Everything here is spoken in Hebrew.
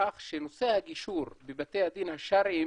לכך שנושא הגישור בבתי הדין השרעיים